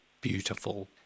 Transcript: beautiful